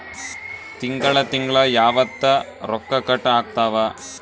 ತಿಂಗಳ ತಿಂಗ್ಳ ಯಾವತ್ತ ರೊಕ್ಕ ಕಟ್ ಆಗ್ತಾವ?